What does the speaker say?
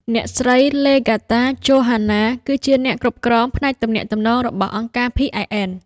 អ្នកស្រី ឡេហ្គាតា ចូហានណា (Legarta Johanna) គឺជាអ្នកគ្រប់គ្រងផ្នែកទំនាក់ទំនងរបស់អង្គការ PIN។